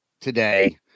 today